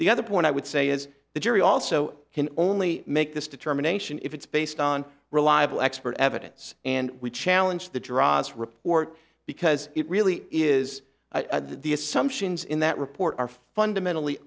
the other point i would say is the jury also can only make this determination if it's based on reliable expert evidence and we challenge the droz report because it really is the assumptions in that report are fundamentally